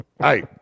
Hey